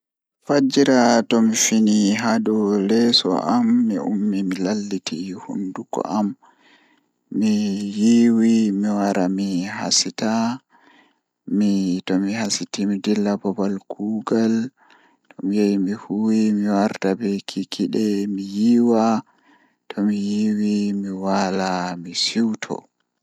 Fajjira tomi fini haa leso am mi ummi mi lalliti hunduko am mi yiiwi mi wari mi hasiti to mi hasiti mi dilla babal kuugan tomi warti be kikide mi yiiwa tomi yiwi mi waala mi siwto.